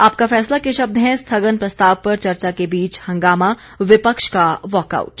आपका फैसला के शब्द हैं स्थगन प्रस्ताव पर चर्चा के बीच हंगामा विपक्ष का वाकआउट